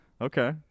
Okay